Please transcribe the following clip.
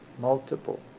multiple